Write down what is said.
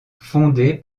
fondée